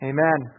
Amen